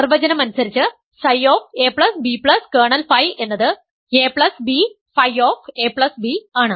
നിർവചനം അനുസരിച്ച് Ψab kernel Φ എന്നത് ab Φab ആണ്